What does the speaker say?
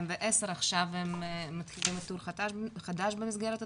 ל-2010 ועכשיו הם מתחילים איתור חדש במסגרת התכנית.